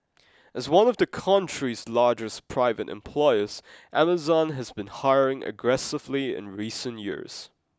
as one of the country's largest private employers Amazon has been hiring aggressively in recent years